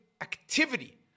activity